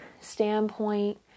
standpoint